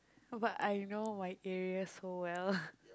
but I know my area so well